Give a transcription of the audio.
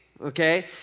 Okay